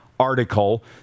Article